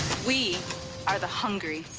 we are the hungry